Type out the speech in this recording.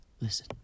Listen